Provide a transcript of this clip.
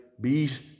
bees